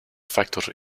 factor